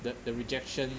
the the rejection